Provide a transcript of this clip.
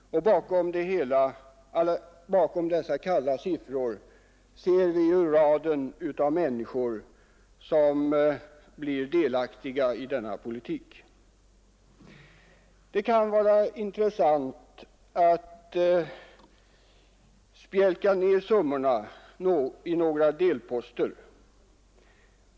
Bakom dessa kalla siffror ser vi raden av människor som blir delaktiga av denna politik. Det kan vara intressant att spjälka upp summorna i några delposter.